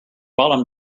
bottom